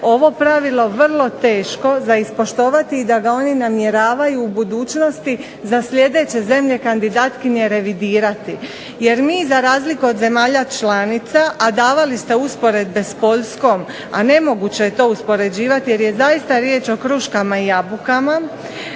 ovo pravilo vrlo teško za ispoštovati i da ga oni namjeravaju u budućnosti za sljedeće zemlje kandidatkinje revidirati. Jer mi, za razliku od zemalja članica, a davali ste usporedbe s Poljskom, a nemoguće je to uspoređivati jer je zaista riječ o kruškama i jabukama,